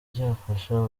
byafasha